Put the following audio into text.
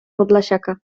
podlasiaka